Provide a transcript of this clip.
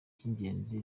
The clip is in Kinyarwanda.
by’ingenzi